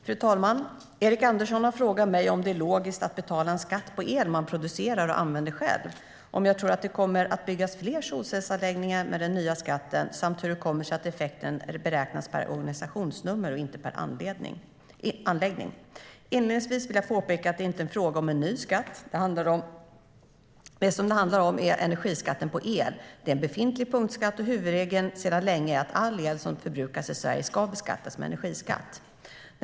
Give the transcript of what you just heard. Fru talman! Erik Andersson har frågat mig om det är logiskt att betala en skatt på el som man producerar och använder själv, om jag tror att det kommer att byggas fler solcellsanläggningar med den nya skatten samt hur det kommer sig att effekten beräknas per organisationsnummer och inte per anläggning. Inledningsvis vill jag påpeka att det inte är fråga om en ny skatt. Vad det handlar om är energiskatten på el. Det är en befintlig punktskatt, och huvudregeln sedan länge är att all el som förbrukas i Sverige ska beskattas med energiskatt.